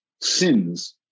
sins